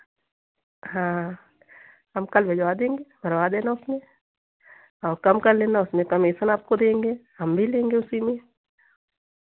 हाँ हम कल भिजवा देंगे भरवा देना उसमें और कम कर लेना उसमें कमीशन आपको देंगे हम भी लेंगे उसी में